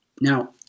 Now